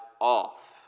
off